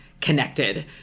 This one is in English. connected